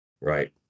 right